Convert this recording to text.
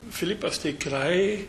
filipas tikrai